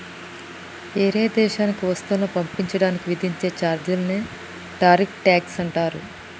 ఏరే దేశానికి వస్తువులను పంపించడానికి విధించే చార్జీలనే టారిఫ్ ట్యాక్స్ అంటారు